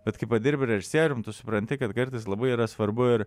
bet kai padirbi režisierium tu supranti kad kartais labai yra svarbu ir